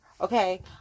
okay